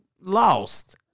lost